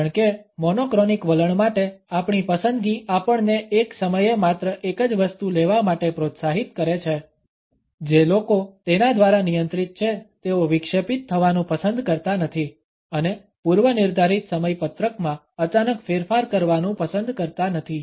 કારણ કે મોનોક્રોનિક વલણ માટે આપણી પસંદગી આપણને એક સમયે માત્ર એક જ વસ્તુ લેવા માટે પ્રોત્સાહિત કરે છે જે લોકો તેના દ્વારા નિયંત્રિત છે તેઓ વિક્ષેપિત થવાનું પસંદ કરતા નથી અને પૂર્વ નિર્ધારિત સમયપત્રકમાં અચાનક ફેરફાર કરવાનું પસંદ કરતા નથી